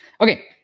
Okay